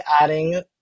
adding